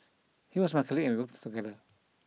he was my colleague and we worked together